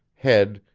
head,